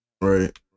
Right